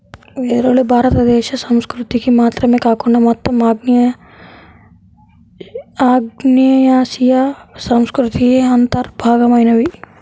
వెదురులు భారతదేశ సంస్కృతికి మాత్రమే కాకుండా మొత్తం ఆగ్నేయాసియా సంస్కృతికి అంతర్భాగమైనవి